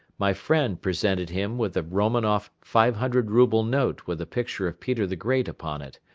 my friend presented him with a romanoff five-hundred-rouble note with a picture of peter the great upon it,